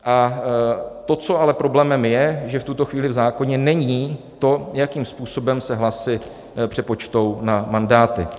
A to, co ale problémem je, že v tuto chvíli v zákoně není, jakým způsobem se hlasy přepočtou na mandáty.